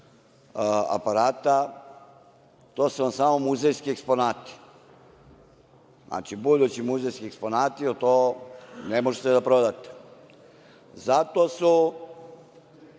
aparata, to su vam samo muzejski eksponati. Znači, budući muzejski eksponati, jer to ne možete da prodate. Zato su